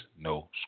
no